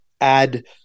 add